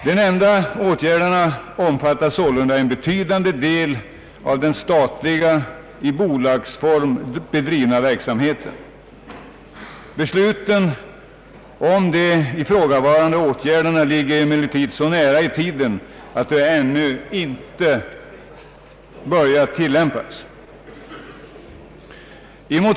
De nämnda åtgärderna omfattar sålunda en betydande del av den statliga i bolagsform bedrivna verksamheten. Beslutet om de ifrågavarande åtgärderna ligger emellertid så nära i tiden att de ännu inte börjat tillämpas.